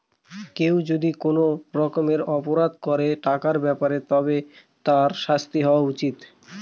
কেউ যদি কোনো রকমের অপরাধ করে টাকার ব্যাপারে তবে তার শাস্তি হওয়া উচিত